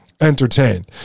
entertained